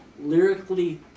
lyrically